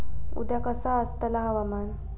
उद्या कसा आसतला हवामान?